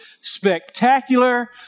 spectacular